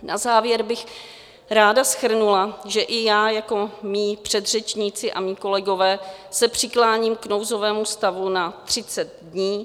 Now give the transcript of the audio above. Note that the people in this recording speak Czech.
Na závěr bych ráda shrnula, že se i já jako mí předřečníci a mí kolegové přikláním k nouzovému stavu na 30 dní.